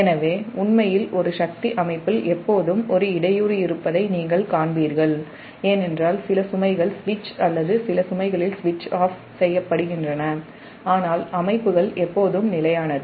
எனவே உண்மையில் ஒரு சக்தி அமைப்பில் எப்போதும் ஒரு இடையூறு இருப்பதை நீங்கள் காண்பீர்கள் ஏனென்றால் சில சுமைகள் சுவிட்ச் அல்லது சில சுமைகளில் சுவிட்ச் ஆஃப் செய்யப்படுகின்றன ஆனால் அமைப்புகள் எப்போதும் நிலையானது